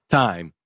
time